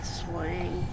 swing